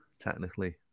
technically